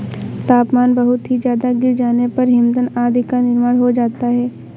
तापमान बहुत ही ज्यादा गिर जाने पर हिमनद आदि का निर्माण हो जाता है